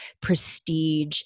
prestige